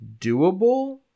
doable